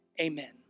Amen